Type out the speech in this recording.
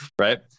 right